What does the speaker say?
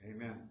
Amen